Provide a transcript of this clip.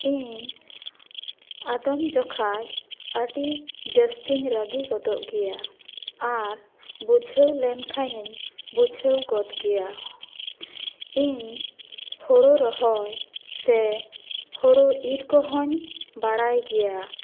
ᱤᱧ ᱟᱫᱚᱢ ᱡᱚᱠᱷᱚᱱ ᱟᱹᱰᱤ ᱡᱟᱹᱥᱛᱤᱧ ᱨᱟᱹᱜᱤ ᱜᱚᱫᱚᱜ ᱜᱮᱭᱟ ᱟᱨ ᱵᱩᱡᱷᱟᱹᱣ ᱞᱤᱧ ᱠᱷᱟᱱᱤᱧ ᱵᱩᱡᱷᱹᱣ ᱜᱚᱫ ᱜᱮᱭᱟ ᱤᱧ ᱦᱳᱲᱳ ᱨᱚᱦᱚᱭ ᱥᱮ ᱦᱳᱲᱳ ᱤᱨ ᱠᱚᱦᱚᱧ ᱵᱟᱲᱟᱭ ᱜᱮᱭᱟ